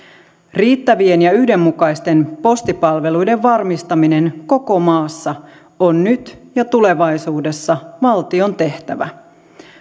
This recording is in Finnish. riittävien ja yhdenmukaisten postipalveluiden varmistaminen koko maassa on nyt ja tulevaisuudessa valtion tehtävä